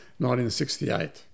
1968